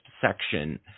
section